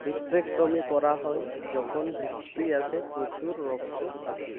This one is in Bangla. ভিট্রেক্টমি করা হয় যখন ভিট্রিয়াসে প্রচুর রক্ত থাকে